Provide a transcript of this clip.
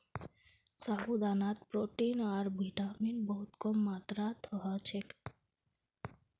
साबूदानात प्रोटीन आर विटामिन बहुत कम मात्रात ह छेक